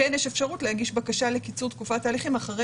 כן יש אפשרות להגיש בקשה לקיצור תקופת ההליכים אחרי